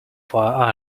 fire